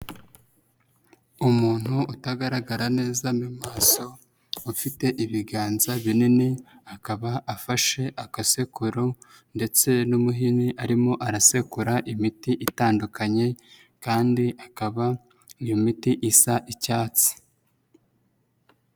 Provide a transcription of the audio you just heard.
Umuntu utagaragara neza mu maso, ufite ibiganza binini akaba afashe agasekururo ndetse n'umuhini arimo arasekura imiti itandukanye, kandi akaba iyo miti isa icyatsi.